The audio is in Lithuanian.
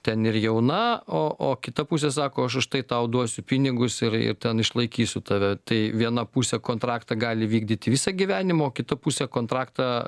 ten ir jauna o o kita pusė sako aš už tai tau duosiu pinigus ir ir ten išlaikysiu tave tai viena pusė kontraktą gali vykdyt visą gyvenimą o kita pusė kontraktą